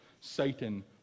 Satan